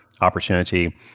opportunity